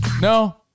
No